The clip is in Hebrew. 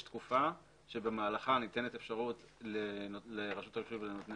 יש תקופה במהלכה ניתנת אפשרות לרשות הרישוי ונותני